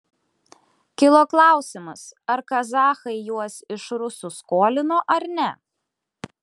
kilo klausimas ar kazachai juos iš rusų skolino ar ne